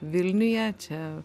vilniuje čia